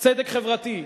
צדק חברתי,